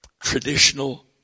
traditional